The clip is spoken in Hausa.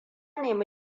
nemi